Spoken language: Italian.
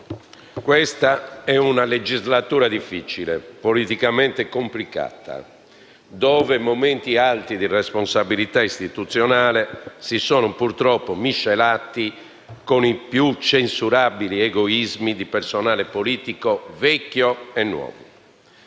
questa è una legislatura difficile, politicamente complicata, dove momenti alti di responsabilità istituzionale si sono, purtroppo, miscelati con i più censurabili egoismi di personale politico vecchio e nuovo.